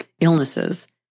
illnesses